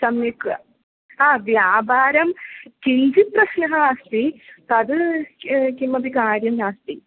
सम्यक् हा व्यापारं किञ्चित् प्रश्नः अस्ति तद् कि किमपि कार्यं नास्ति